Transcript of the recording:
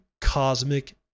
cosmic